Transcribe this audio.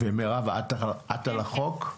מירב, את על החוק?